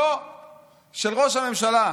לא "של ראש הממשלה".